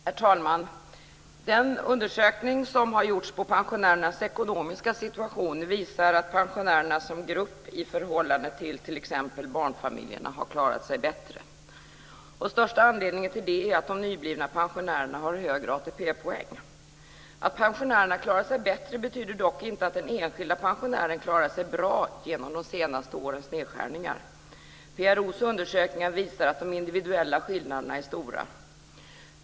Herr talman! Den undersökning som gjorts av pensionärernas ekonomiska situation visar att pensionärerna som grupp i förhållande till t.ex. barnfamiljerna har klarat sig bättre. Största anledningen till det är att de nyblivna pensionärerna har högre ATP Att pensionärerna klarat sig bättre betyder dock inte att den enskilda pensionären klarat sig bra genom de senaste årens nedskärningar. PRO:s undersökningar visar att de individuella skillnaderna är stora.